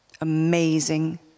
amazing